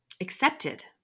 accepted